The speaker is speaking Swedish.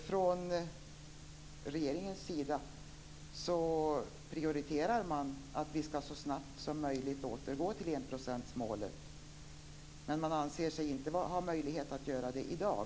Fru talman! Från regeringens sida prioriteras att Sverige så snabbt som möjligt skall återgå till enprocentsmålet. Men man anser sig inte ha möjlighet att göra det i dag.